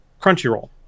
Crunchyroll